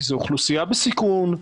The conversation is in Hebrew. זו אוכלוסייה בסיכון,